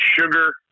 sugar